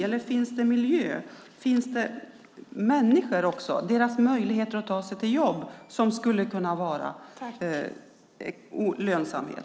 Eller skulle också miljö och människor och deras möjligheter att ta sig till jobb kunna vara lönsamhet?